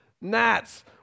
gnats